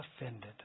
offended